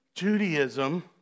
Judaism